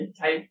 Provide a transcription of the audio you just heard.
type